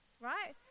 right